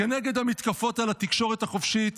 כנגד המתקפות על התקשורת החופשית,